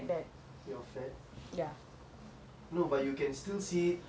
no but you can still say this way what you're good looking but you are fat